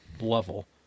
level